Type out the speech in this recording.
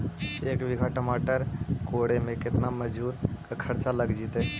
एक बिघा टमाटर कोड़े मे केतना मजुर के खर्चा लग जितै?